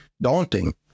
daunting